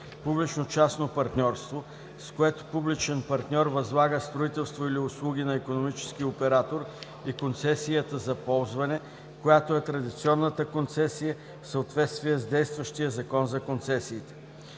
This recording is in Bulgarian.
публично-частното партньорство, с което публичен партньор възлага строителство или услуги на икономически оператор, и концесията за ползване, която е традиционната концесия в съответствие с действащия Закон за концесиите.